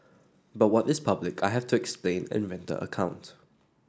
but what is public I have to explain and render account